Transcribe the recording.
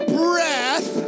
breath